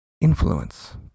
influence